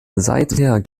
seither